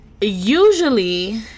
usually